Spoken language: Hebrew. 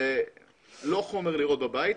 זה לא חומר לראות בבית,